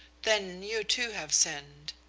then you, too, have sinned.